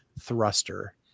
thruster